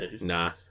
Nah